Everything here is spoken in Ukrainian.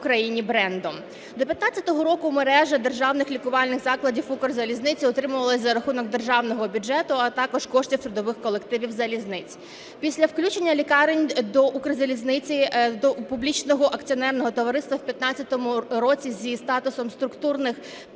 До 2015 року мережа державних лікувальних закладів Укрзалізниці утримувалася за рахунок державного бюджету, а також коштів трудових колективів залізниць. Після включення лікарень до Укрзалізниці, до публічного акціонерного товариства у 2015 році з її статусом структурних підрозділів,